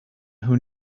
who